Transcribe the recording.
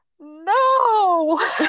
No